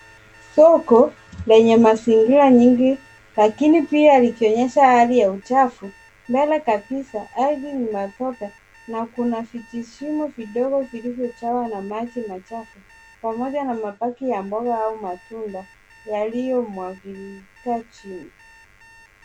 Soko lenye mazingira nyingi lakini pia likionyesha hali ya uchafu. Mbele kabisa ardhi ni matope na kuna vijishimo vidogo vilivyojawa na maji machafu pamoja na mabaki ya mboga au matunda yaliyomwagika chini.